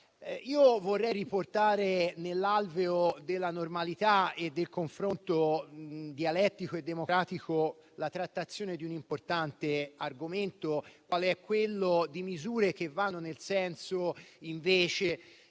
vorrei riportare nell'alveo della normalità e del confronto dialettico e democratico la trattazione di un importante argomento qual è quello di misure che vanno nel senso, invece,